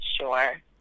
sure